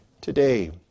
today